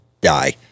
die